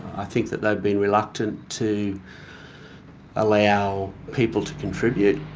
i think that they've been reluctant to allow people to contribute.